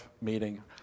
meeting